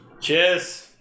Cheers